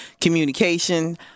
communication